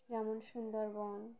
যেমন সুন্দরবন